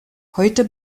heute